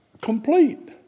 complete